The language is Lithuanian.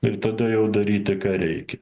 ir tada jau daryti ką reikia